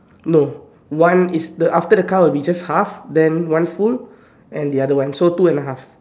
no one is the after the car will be just half then one full and the other one so two and a half